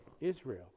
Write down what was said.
Israel